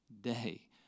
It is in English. day